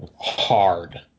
hard